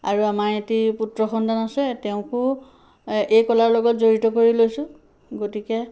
আৰু আমাৰ এটি পুত্ৰ সন্তান আছে তেওঁকো এই কলাৰ লগত জড়িত কৰি লৈছোঁ গতিকে